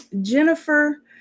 Jennifer